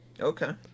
Okay